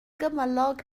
gymylog